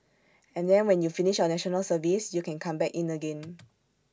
and then when you finish your National Service you can come back in again